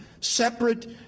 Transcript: separate